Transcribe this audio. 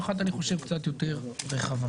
ואחת אני חושב קצת יותר רחבה.